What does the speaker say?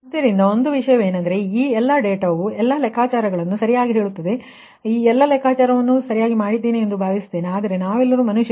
ಆದ್ದರಿಂದ ಒಂದೇ ವಿಷಯವೆಂದರೆ ಈ ಎಲ್ಲಾ ಡೇಟಾವನ್ನು ಸರಿಯಾಗಿ ಹಾಕಿದರೆ ಲೆಕ್ಕಾಚಾರಗಳ ಸರಿಯಾಗಿರುತ್ತದೆ ನಾನು ಈ ಎಲ್ಲಾ ಲೆಕ್ಕಾಚಾರವನ್ನು ಸರಿಯಾಗಿ ಮಾಡಿದ್ದೇನೆ ಎಂದು ನಾನು ಭಾವಿಸುತ್ತೇನೆ ಆದರೆ ನಾವೆಲ್ಲರೂ ಮನುಷ್ಯರು